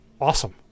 awesome